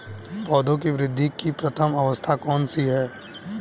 पौधों की वृद्धि की प्रथम अवस्था कौन सी है?